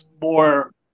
more